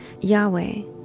Yahweh